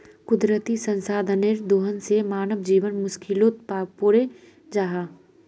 कुदरती संसाधनेर दोहन से मानव जीवन मुश्कीलोत पोरे जाहा